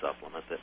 supplement